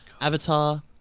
Avatar